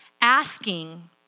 asking